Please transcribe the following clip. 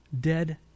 dead